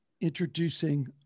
introducing